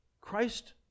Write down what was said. Christ